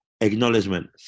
acknowledgement